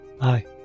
Hi